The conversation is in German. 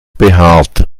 behaart